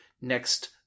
next